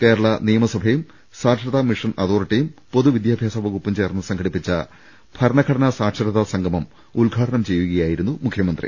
കേരള നിയമ സഭയും സാക്ഷരതാ മിഷൻ അതോറിറ്റിയും പൊതുവിദ്യാ ഭ്യാസ വകുപ്പും ചേർന്ന് സംഘടിപ്പിച്ച ഭരണഘടനാ സാക്ഷ രതാ സംഗമം ഉദ്ഘാടനം ചെയ്യുകയായിരുന്നു മുഖ്യമന്ത്രി